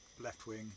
left-wing